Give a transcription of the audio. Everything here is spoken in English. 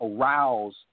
arouse